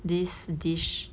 this dish